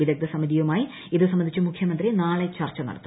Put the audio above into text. വിദഗ്ദ്ധ സമിതിയുമായി ഇതു സംബന്ധിച്ച് മുഖ്യമന്ത്രി നാളെ ചർച്ച നടത്തും